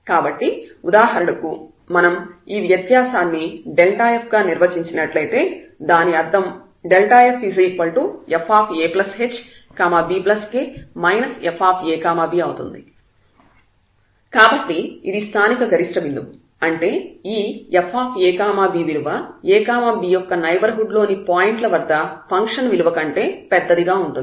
కాబట్టి ఉదాహరణకు మనం ఈ వ్యత్యాసాన్ని f గా నిర్వచించినట్లయితే దాని అర్థం ffahbk fab అవుతుంది కాబట్టి ఇది స్థానిక గరిష్ట బిందువు అంటే ఈ fab విలువ ab యొక్క నైబర్హుడ్ లోని పాయింట్ల వద్ద ఫంక్షన్ విలువ కంటే పెద్దదిగా ఉంటుంది